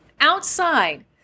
outside